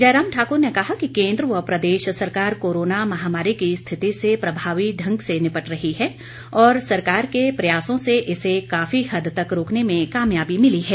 जयराम ठाक्र ने कहा कि केन्द्र व प्रदेश सरकार कोरोना महामारी की स्थिति से प्रभावी ढंग से निपट रही है और सरकार के प्रयासों से काफी हद तक इसे रोकने में कामयाबी मिली है